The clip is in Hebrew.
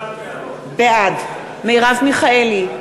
בעד מרב מיכאלי,